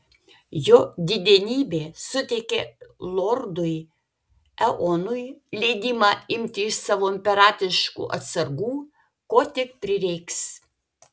jo didenybė suteikė lordui eonui leidimą imti iš savo imperatoriškų atsargų ko tik prireiks